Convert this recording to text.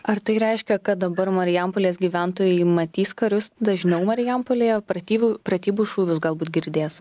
ar tai reiškia kad dabar marijampolės gyventojai matys karius dažniau marijampolėje pratyvų pratybų šūvius galbūt girdės